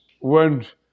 went